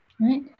right